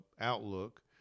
outlook